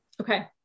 Okay